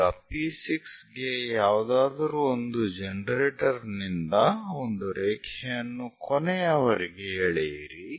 ಈಗ P6 ಗೆ ಯಾವುದಾದರೂ ಒಂದು ಜನರೇಟರ್ ನಿಂದ ಒಂದು ರೇಖೆಯನ್ನು ಕೊನೆಯವರೆಗೆ ಎಳೆಯಿರಿ